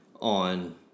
on